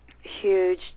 huge